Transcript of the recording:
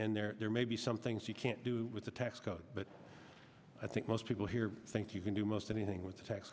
there there may be some things you can't do with the tax code but i think most people here think you can do most anything with the